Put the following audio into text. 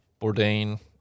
Bourdain